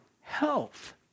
health